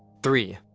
three.